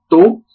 तो sin ωt θ